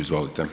Izvolite.